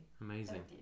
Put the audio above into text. Amazing